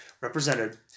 represented